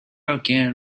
again